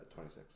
26